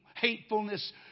hatefulness